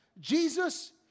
Jesus